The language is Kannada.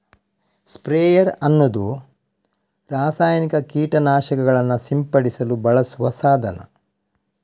ಸ್ಪ್ರೇಯರ್ ಅನ್ನುದು ರಾಸಾಯನಿಕ ಕೀಟ ನಾಶಕಗಳನ್ನ ಸಿಂಪಡಿಸಲು ಬಳಸುವ ಸಾಧನ